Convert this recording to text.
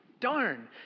Darn